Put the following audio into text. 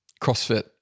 CrossFit